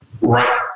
Right